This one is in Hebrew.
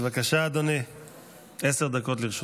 בבקשה, אדוני, עשר דקות לרשותך.